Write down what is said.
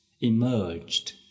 emerged